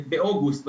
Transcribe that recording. באוגוסט,